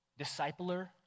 discipler